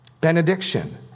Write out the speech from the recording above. benediction